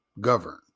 govern